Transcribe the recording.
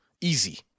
easy